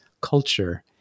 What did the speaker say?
culture